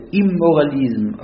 immoralism